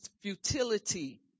futility